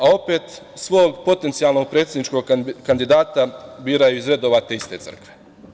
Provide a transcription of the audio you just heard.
Opet, svog potencijalnog predsedničkog kandidata biraju iz redova te iste crkve.